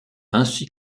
ainsi